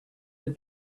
had